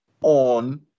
on